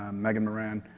um megan moran